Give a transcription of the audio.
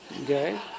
okay